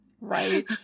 Right